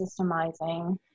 systemizing